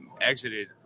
exited